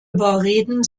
überreden